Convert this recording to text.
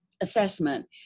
assessment